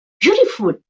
beautiful